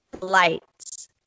lights